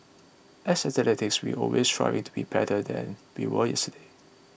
as athletes we always striving to be better than we were yesterday